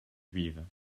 juives